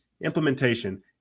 implementation